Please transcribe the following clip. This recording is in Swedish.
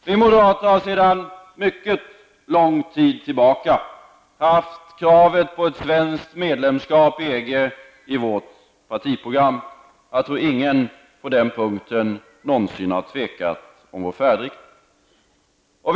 Vi moderater har sedan mycket lång tid tillbaka haft kravet på ett svenskt medlemskap i EG i vårt partiprogram. Jag tror inte att någon på den punkten någonsin har tvekat om vår färdriktning.